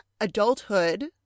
Adulthood